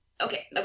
okay